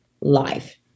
life